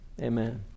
Amen